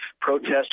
protest